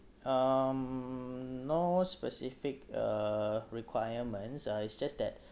um no specific uh requirements uh it's just that